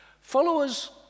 Followers